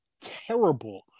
terrible